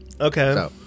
Okay